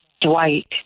Dwight